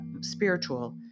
spiritual